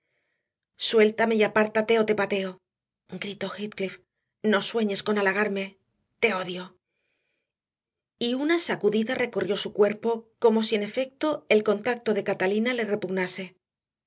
suéltame y apártate o te pateo gritó heathcliff no sueñes con halagarme te odio y una sacudida recorrió su cuerpo como si en efecto el contacto de catalina le repugnase